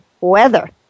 weather